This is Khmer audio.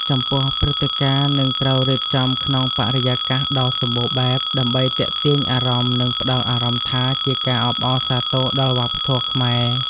ចំពោះ ព្រឹត្តិការណ៍នឹងត្រូវរៀបចំក្នុងបរិយាកាសដ៏សម្បូរបែប ដើម្បីទាក់ទាញអារម្មណ៍ និងផ្តល់អារម្មណ៍ថា ជាការអបអរសាទរដល់វប្បធម៌ខ្មែរ។